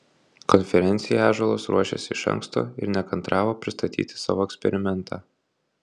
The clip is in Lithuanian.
konferencijai ąžuolas ruošėsi iš anksto ir nekantravo pristatyti savo eksperimentą